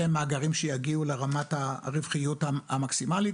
אלה מאגרים שיגיעו לרמת הרווחיות המקסימלית